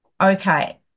Okay